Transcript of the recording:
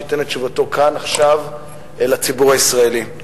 שייתן את תשובתו כאן עכשיו לציבור הישראלי.